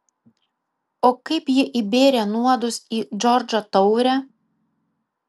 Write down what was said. o kaip ji įbėrė nuodus į džordžo taurę